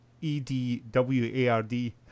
E-D-W-A-R-D